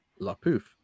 LaPouf